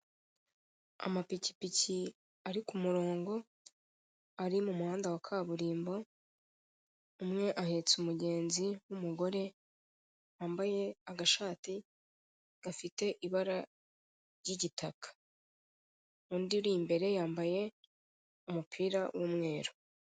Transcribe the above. Amapikipiki ari ku murongo ari mu muhanda wa kaburimbo umwe ahetse umugenzi w'umugore wambaye agashati gafite ibara ry'igitaka. Undi uri imbere yambaye umupira w'umweru.